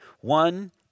One